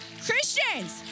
Christians